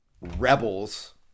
rebels